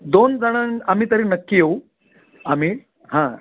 दोन जणं आम्ही तरी नक्की येऊ आम्ही हां